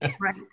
Right